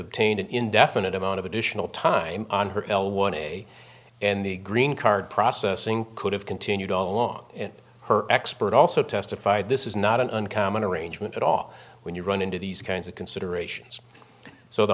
obtained an indefinite amount of additional time on her l one a and the green card processing could have continued all along and her expert also testified this is not an uncommon arrangement at all when you run into these kinds of considerations so the